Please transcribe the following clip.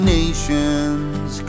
nations